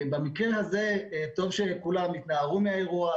במקרה הזה טוב שכולם התנערו מהאירוע,